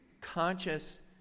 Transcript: conscious